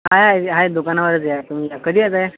आहे आहे आहे दुकानावरच या तुम्ही या कधी येत आहेत